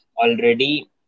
already